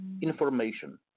information